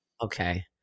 okay